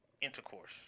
intercourse